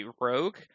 rogue